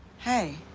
hey.